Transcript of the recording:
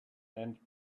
and